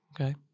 okay